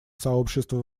сообщества